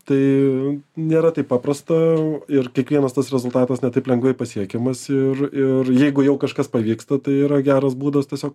tai nėra taip paprasta ir kiekvienas tas rezultatas ne taip lengvai pasiekiamas ir ir jeigu jau kažkas pavyksta tai yra geras būdas tiesiog